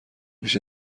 پیش